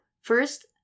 First